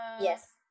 Yes